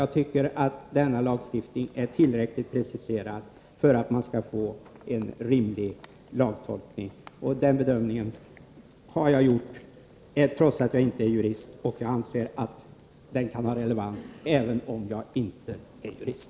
Jag tycker att denna lagstiftning är tillräckligt preciserad för att man skall få en rimlig lagtolkning. Den bedömningen har jag gjort trots att jag inte är jurist, och jag anser att den kan ha relevans även om jag inte är jurist.